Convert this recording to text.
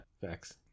facts